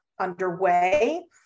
underway